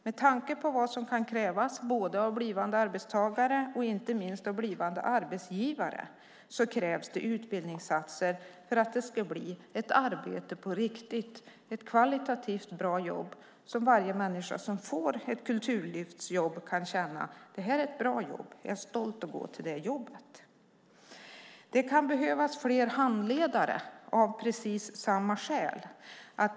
Med tanke på vad som kan krävas både av blivande arbetstagare och inte minst av blivande arbetsgivare behövs utbildningsinsatser för att det ska bli ett riktigt arbete, ett kvalitativt bra jobb. Varje människa som får ett kulturlyftsjobb ska känna att det är ett bra jobb och också känna sig stolt över att gå till det jobbet. Av samma skäl kan det behövas fler handledare.